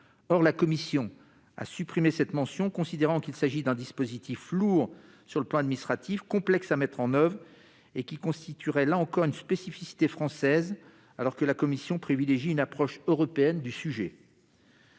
Or la commission a supprimé cette mention, considérant qu'il s'agit d'un dispositif lourd sur le plan administratif, complexe à mettre en oeuvre et qui constituerait, là encore, une spécificité française, alors que la commission privilégie une approche européenne du sujet.